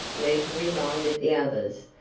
nita reminded the others,